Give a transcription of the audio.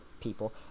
people